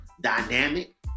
dynamic